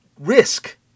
Risk